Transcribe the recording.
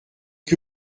que